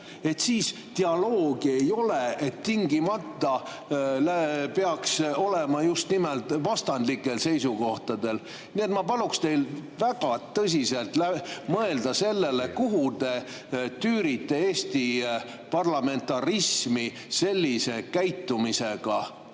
siis dialoogi ei ole, et tingimata peab olema just nimelt vastandlikel seisukohtadel? Nii et ma paluksin teil väga tõsiselt mõelda sellele, kuhu te tüürite Eesti parlamentarismi sellise käitumisega.